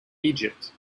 egypt